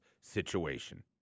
situation